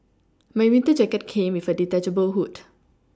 my winter jacket came with a detachable hood